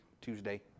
Tuesday